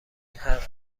حرف